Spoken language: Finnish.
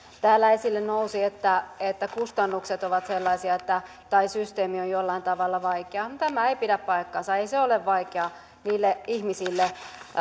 täällä esille nousi että että kustannukset ovat sellaisia tai että systeemi on jollain tavalla vaikea tämä ei pidä paikkaansa ei se ole vaikea niille ihmisille